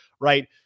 right